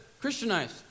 Christianized